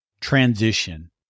transition